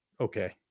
okay